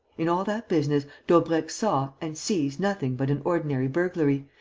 in all that business daubrecq saw and sees nothing but an ordinary burglary,